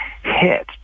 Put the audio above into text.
hit